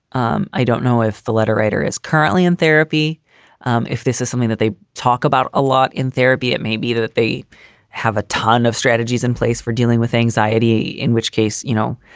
um i don't know if the letter writer is currently in therapy therapy um if this is something that they talk about a lot in therapy, it may be that they have a ton of strategies in place for dealing with anxiety, in which case, you know,